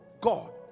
God